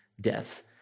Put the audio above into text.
death